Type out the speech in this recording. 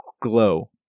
glow